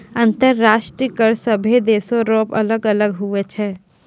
अंतर्राष्ट्रीय कर सभे देसो रो अलग अलग हुवै छै